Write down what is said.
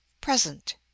Present